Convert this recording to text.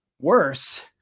worse